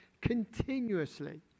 continuously